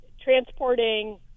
transporting